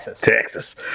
Texas